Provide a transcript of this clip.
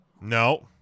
No